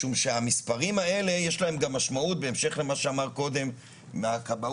משום שהמספרים האלה יש להם גם משמעות בהמשך למה שאמר קודם מהכבאות,